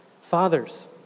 Fathers